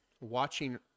watching